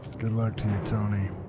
good luck to you, tony.